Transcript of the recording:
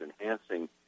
enhancing